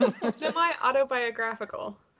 Semi-autobiographical